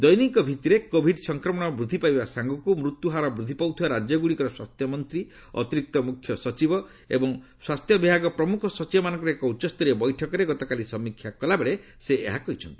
ଦୈନିକ ଭିଭିରେ କୋଭିଡ ସଂକ୍ରମଣ ବୃଦ୍ଧି ପାଇବା ସାଙ୍ଗକୁ ମୃତ୍ୟୁ ହାର ବୃଦ୍ଧି ପାଉଥିବା ରାଜ୍ୟଗୁଡିକର ସ୍ୱାସ୍ଥ୍ୟମନ୍ତ୍ରୀ ଅତିରିକ୍ତ ମୁଖ୍ୟ ସଚିବ ଏବଂ ସ୍ପାସ୍ଥ୍ୟବିଭାଗ ପ୍ରମୁଖ ସଚିବମାନଙ୍କର ଏକ ଉଚ୍ଚସ୍ତରୀୟ ବୈଠକରେ ଗତକାଲି ସମୀକ୍ଷା କଲାବେଳେ ସେ ଏହା କହିଛନ୍ତି